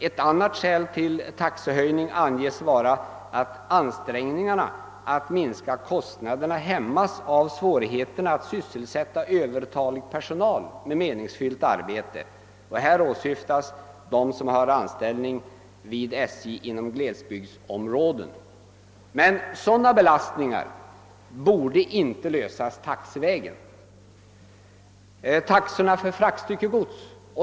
Ett annat skäl till taxehöjning anges vara att ansträngningarna att minska kostnaderna hämmas av svårigheterna att sysselsätta övertalig personal med meningsfyllt arbete; här åsyftas de som har anställning hos SJ inom glesbygdsområden. Men sådana belastningar borde inte lösas taxevägen.